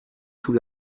sous